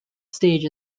stage